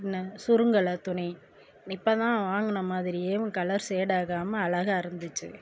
இன்னும் சுருங்கலை துணி இப்ப தான் வாங்கின மாதிரியும் கலர் ஷேட் ஆகாமல் அழகாக இருந்துச்சு